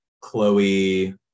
Chloe